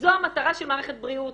זו המטרה של מערכת בריאות,